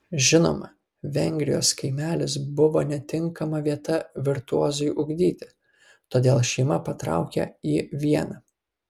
žinoma vengrijos kaimelis buvo netinkama vieta virtuozui ugdyti todėl šeima patraukė į vieną